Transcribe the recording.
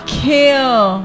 kill